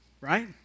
right